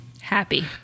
Happy